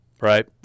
right